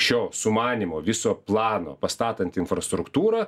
šio sumanymo viso plano pastatant infrastruktūrą